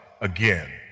again